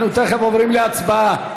אנחנו תכף עוברים להצבעה.